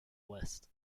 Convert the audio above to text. west